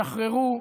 שחררו.